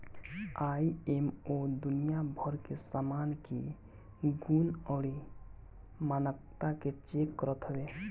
ISO दुनिया भर के सामान के गुण अउरी मानकता के चेक करत हवे